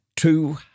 Two